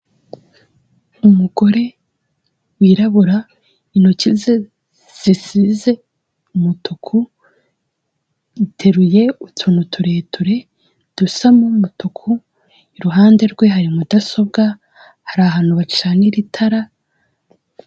Umugore wirabura, intoki ze zisize umutuku, ateruye utuntu tureture dusa n'umutuku, iruhande rwe hari mudasobwa, hari ahantu bacanira itara.